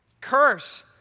curse